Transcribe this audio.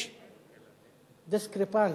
יש "דיסקרפנס"